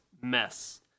mess